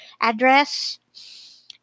address